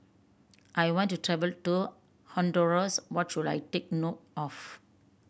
I want to travel to Honduras what should I take note of